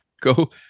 Go